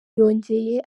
yongeye